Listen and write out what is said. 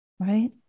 right